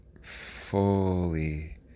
fully